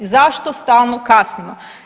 Zašto stalno kasnimo?